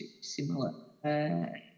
similar